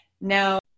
Now